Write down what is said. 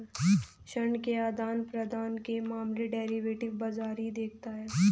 ऋण के आदान प्रदान के मामले डेरिवेटिव बाजार ही देखता है